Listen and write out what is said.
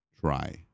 try